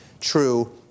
true